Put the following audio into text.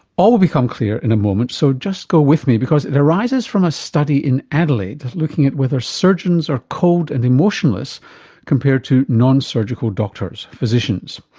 all will become clear in a moment so just go with me because it arises from a study in adelaide looking at whether surgeons are cold and emotionless compared to non-surgical doctors physicians.